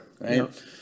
Right